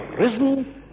risen